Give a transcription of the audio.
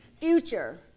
future